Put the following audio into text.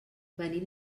venim